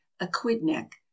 aquidneck